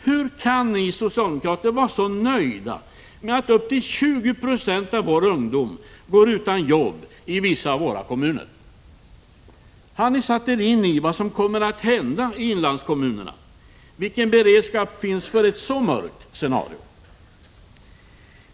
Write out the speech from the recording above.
Hur kan ni socialdemokrater vara så nöjda med att upp till 20 96 av vår ungdom går utan ett jobb i vissa av våra kommuner? Har ni satt er in i vad som kommer att hända i inlandskommunerna? Vilken beredskap finns för ett mörkt scenario?